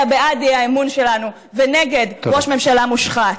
בעד האי-אמון שלנו ונגד ראש ממשלה מושחת.